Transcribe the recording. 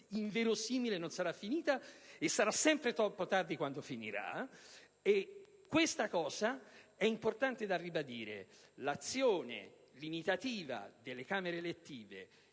inverosimile non sarà finita (e sarà sempre troppo tardi quando finirà). È importante ribadire l'azione limitativa delle Camere elettive,